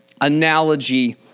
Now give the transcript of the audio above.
analogy